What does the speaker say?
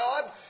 God